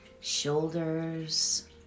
Shoulders